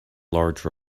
large